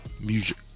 music